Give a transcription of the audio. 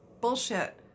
bullshit